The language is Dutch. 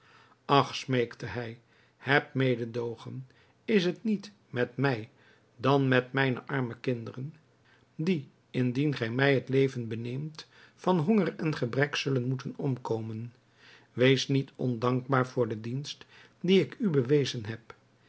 ach smeekte hij heb mededoogen is het niet met mij dan met mijne arme kinderen die indien gij mij het leven beneemt van honger en gebrek zullen moeten omkomen wees niet ondankbaar voor de dienst die ik u bewezen heb